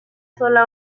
sola